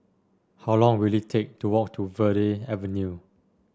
how long will it take to walk to Verde Avenue